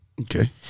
Okay